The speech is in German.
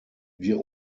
wir